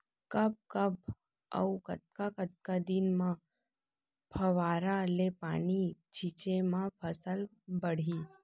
कब कब अऊ कतका कतका दिन म फव्वारा ले पानी छिंचे म फसल बाड़ही?